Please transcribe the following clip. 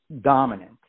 dominant